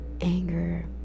anger